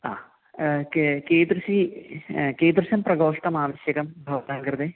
हा का कीदृशं कीदृशं प्रकोष्ठम् आवश्यकं भवतां कृते